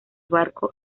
barco